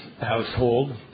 household